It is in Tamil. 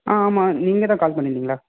ஆ ஆமாம் நீங்கள் தான் கால் பண்ணியிருந்திங்களா